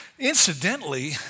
Incidentally